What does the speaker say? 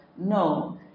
No